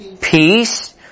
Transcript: Peace